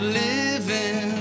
living